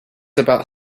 about